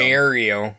Mario